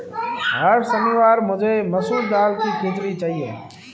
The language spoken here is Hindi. हर शनिवार मुझे मसूर दाल की खिचड़ी चाहिए